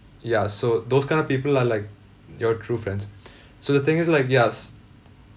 ya so those kind of people are like your true friends so the thing is like yes